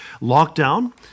Lockdown